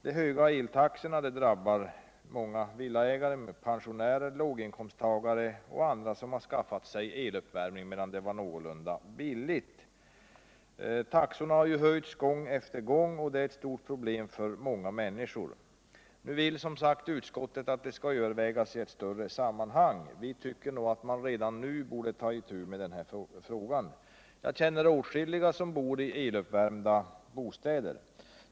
De höga eltaxorna drabbar också många villaägare: pensionärer, låginkomsttagare och andra som har skaffat sig eluppvärmning medan det var någorlunda billigt. Taxorna har höjts gång efter gång, och det är ett stort problem för många människor. Nu vill utskottet att frågan skall övervägas i ett större sammanhang, men vi tycker att man redan nu borde ta itu med den. Jag känner åtskilliga människor som bor i eluppvärmda bostäder.